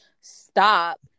stop